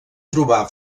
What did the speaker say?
trobar